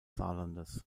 saarlandes